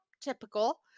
typical